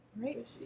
Right